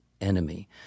enemy